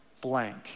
blank